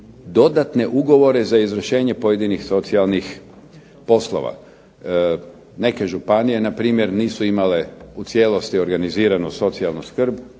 dodatne ugovore za izvršenje pojedinih socijalnih poslova. Neke županije na primjer nisu imale u cijelosti organiziranu socijalnu skrb